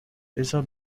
بذار